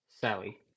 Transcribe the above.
Sally